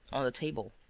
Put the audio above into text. on the table.